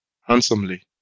handsomely